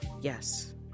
yes